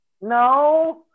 No